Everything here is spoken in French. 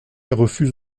refuse